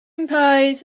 implies